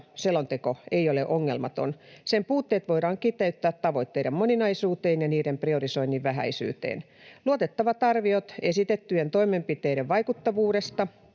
selonteko ei ole ongelmaton. Sen puutteet voidaan kiteyttää tavoitteiden moninaisuuteen ja niiden priorisoinnin vähäisyyteen. Luotettavat arviot esitettyjen toimenpiteiden vaikuttavuudesta,